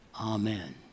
Amen